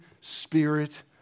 spirit